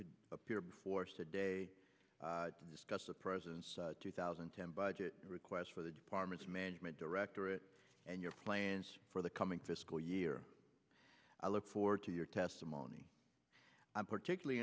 could appear before saturday to discuss the president's two thousand and ten budget requests for the department's management directorate and your plans for the coming fiscal year i look forward to your testimony i'm particularly